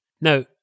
Now